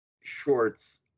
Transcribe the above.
shorts